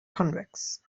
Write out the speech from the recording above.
convex